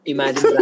Imagine